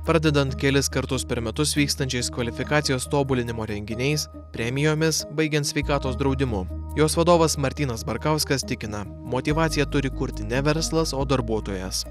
pradedant kelis kartus per metus vykstančiais kvalifikacijos tobulinimo renginiais premijomis baigiant sveikatos draudimu jos vadovas martynas barkauskas tikina motyvaciją turi kurti ne verslas o darbuotojas